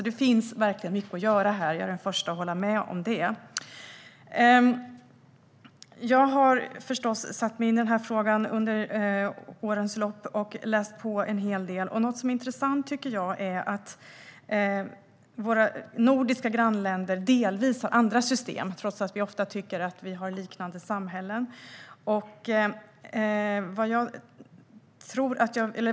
Det finns verkligen mycket att göra här. Jag är den första att hålla med om det. Jag har förstås satt mig in i frågan under årens lopp och läst på en hel del. Något som jag tycker är intressant är att våra nordiska grannländer delvis har andra system, trots att vi ofta tycker att vi har liknande samhällen.